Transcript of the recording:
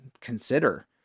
consider